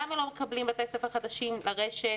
למה לא מקבלים בתי-ספר חדשים לרשת,